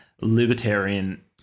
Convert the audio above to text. libertarian